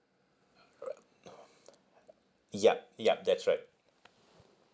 yup yup that's right